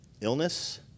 illness